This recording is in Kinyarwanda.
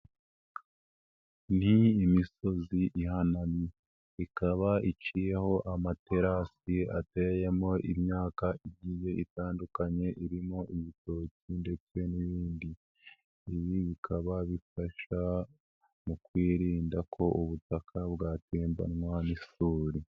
Ni imisozi ihanamye, ikaba iciyeho amaterasi ateyemo imyaka igiye itandukanye irimo ibitoki ndetse n'ibindi, ibi bikaba bifasha mu kwirinda ko ubutaka bwatembanwa n'isuri.